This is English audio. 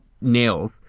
nails